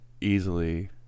easily